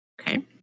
Okay